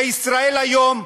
ב"ישראל היום",